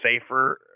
safer